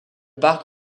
parc